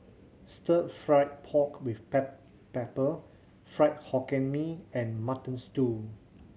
Stir Fry pork with pepper Fried Hokkien Mee and Mutton Stew